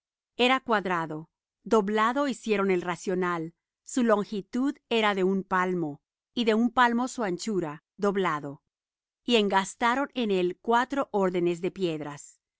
era cuadrado doblado hicieron el racional su longitud era de un palmo y de un palmo su anchura doblado y engastaron en él cuatro órdenes de piedras